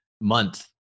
month